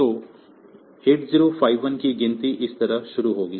तो 8051 की गिनती इस तरह शुरू होगी